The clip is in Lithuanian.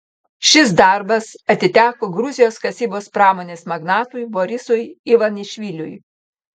šis darbas atiteko gruzijos kasybos pramonės magnatui borisui ivanišviliui